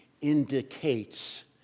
indicates